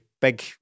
big